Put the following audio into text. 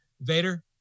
Vader